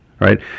right